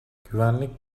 güvenlik